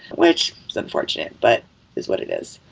which is unfortunate, but is what it is.